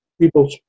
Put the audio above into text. people